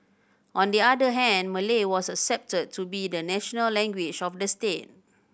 on the other hand Malay was accepted to be the national language of the state